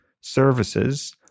services